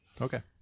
Okay